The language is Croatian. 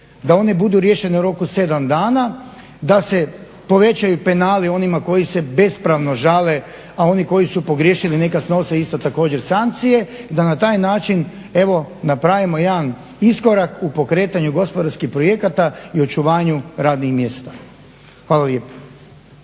da one budu riješene u roku 7 dana, da se povećaju penali onima koji se bespravno žale a oni koji su pogriješili neka snose isto također sankcije i da na taj način evo napravimo jedan iskorak u pokretanju gospodarskih projekata i očuvanju radnih mjesta. Hvala lijepo.